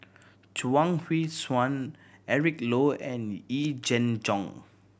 Chuang Hui Tsuan Eric Low and Yee Jenn Jong